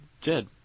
Jed